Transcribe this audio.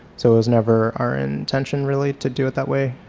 so it was never our intention really to do it that way,